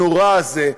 הנורא הזה,